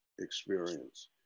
experience